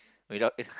without it